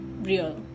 real